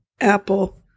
Apple